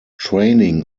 training